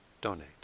donate